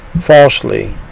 falsely